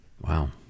Wow